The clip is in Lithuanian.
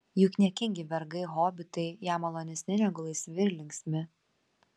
juk niekingi vergai hobitai jam malonesni negu laisvi ir linksmi